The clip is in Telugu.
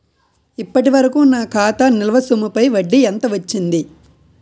ఇప్పటి వరకూ నా ఖాతా నిల్వ సొమ్ముపై వడ్డీ ఎంత వచ్చింది?